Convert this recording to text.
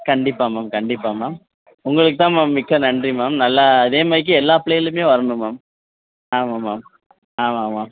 கண்டிப்பாக மேம் கண்டிப்பாக மேம் உங்களுக்குதான் மேம் மிக்க நன்றி மேம் நல்லா இதேமாதிரிக்கே எல்லா பிள்ளைகளும் வரணும் மேம் ஆமாம் மேம் ஆமாம் மேம்